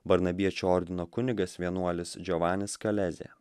varnabiečių ordino kunigas vienuolis džiovanis kalezė